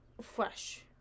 fresh